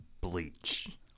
bleach